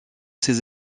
ses